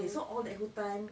okay so all that whole time